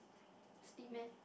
steep meh